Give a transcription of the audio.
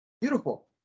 Beautiful